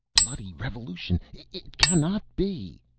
bloody revolution, it cannot be!